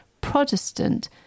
Protestant